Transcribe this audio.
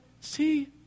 see